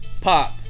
Pop